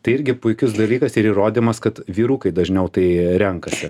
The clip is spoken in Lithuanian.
tai irgi puikius dalykas ir įrodymas kad vyrukai dažniau tai renkasi